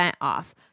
off